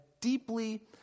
deeply